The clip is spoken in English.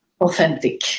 Authentic